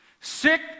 Sick